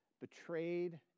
betrayed